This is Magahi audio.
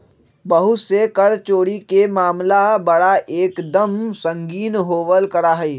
बहुत से कर चोरी के मामला बड़ा एक दम संगीन होवल करा हई